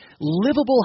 livable